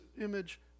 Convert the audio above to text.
image